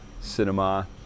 cinema